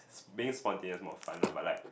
being spontaneous more fun lah but like